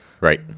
right